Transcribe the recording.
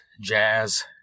jazz